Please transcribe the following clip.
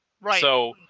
right